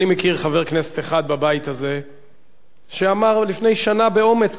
אני מכיר חבר כנסת אחד בבית הזה שאמר עוד לפני שנה באומץ,